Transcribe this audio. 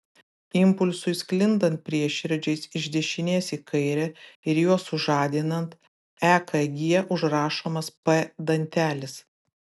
impulsui sklindant prieširdžiais iš dešinės į kairę ir juos sužadinant ekg užrašomas p dantelis